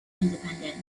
independence